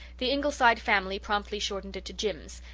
the ingleside family promptly shortened it to jims,